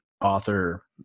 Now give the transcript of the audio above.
author